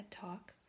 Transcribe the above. talk